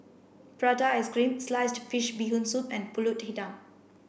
prata ice cream sliced fish bee hoon soup and Pulut Hitam